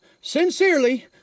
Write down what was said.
Sincerely